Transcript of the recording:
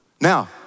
Now